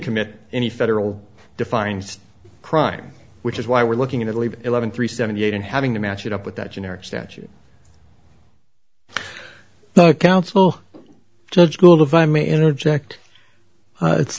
commit any federal defines crime which is why we're looking at least eleven three seventy eight and having to match it up with that generic statute the council judge ruled if i may interject a lit